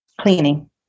Cleaning